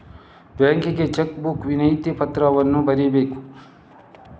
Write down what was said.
ಬ್ಯಾಂಕಿಗೆ cheque book ವಿನಂತಿ ಪತ್ರವನ್ನು ಬರೆಯಬೇಕು